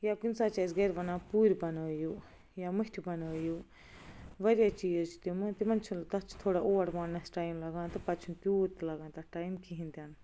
یا کُنہِ ساتہٕ چھِ أسۍ گھرِ ونان پوٗرٕ بنٲیو یا مٔٹھۍ بنٲیو واریاہ چیز چھِ تِم تِمن چھُنہٕ تتھ چھُ تھوڑا اوٹ مانٛڈنس ٹایم لگان تہِ پتہٕ چھُنہٕ تیوٗت تہِ لگان تتھ ٹایم کِہیٖنۍ تہِ نہٕ